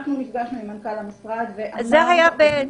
אנחנו נפגשנו עם מנכ"ל המשרד ואמרנו לו --- זה היה ב-2019,